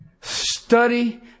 study